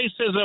racism